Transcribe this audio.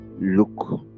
look